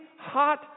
hot